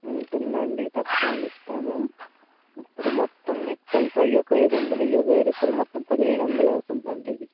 ఉంటుందండి తప్పకుండా ఇస్తాను ఇప్పుడు మొత్తం మీకు కలిపి అవి ఒక ఐదు వందలు ఇవి ఒక వెయ్యి రూపాయలు మొత్తం పదిహేను వందలు అవుతుందండి